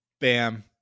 Bam